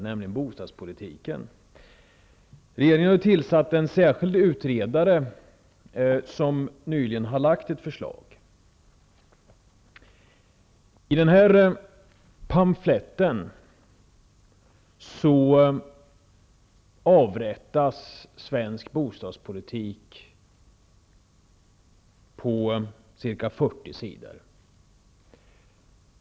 Det gäller bostadspolitiken. Regeringen har ju tillsatt en särskild utredare, som också nyligen har lagt fram ett förslag. I den här pamfletten, som omfattar ca 40 sidor, avrättas svensk bostadspolitik.